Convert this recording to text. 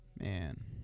man